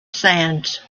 sands